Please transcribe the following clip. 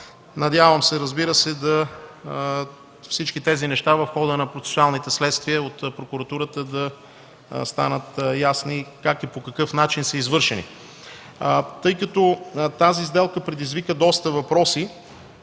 Надявам се всички тези неща в хода на процесуалните следствия от прокуратурата да станат ясни как и по какъв начин са извършени. Тъй като тази сделка предизвика доста въпроси,